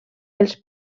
els